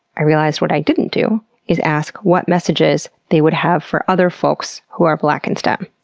i realized, what i didn't do is ask what messages they would have for other folks who are black in stem.